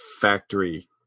factory